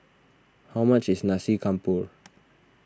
how much is Nasi Campur